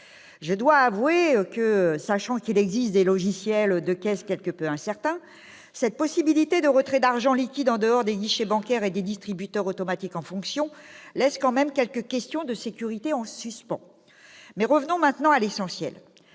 Je dois avouer que, sachant qu'il existe des logiciels de caisse quelque peu incertains, cette possibilité de retrait d'argent liquide en dehors des guichets bancaires et des distributeurs automatiques en fonctionnement laisse quand même certaines questions de sécurité en suspens. Revenons maintenant à l'essentiel,